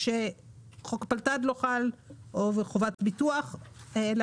שלא ישתמע שחוק הפלת"ד לא חל וחובת ביטוח אלא